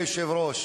אדוני היושב-ראש,